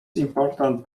important